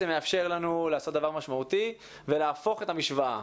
הוא מאפשר לנו לעשות דבר משמעותי ולהפוך את המשוואה.